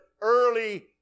early